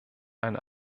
eine